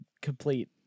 complete